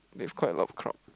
it's quite a lot of crowd